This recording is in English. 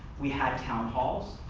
we had town halls,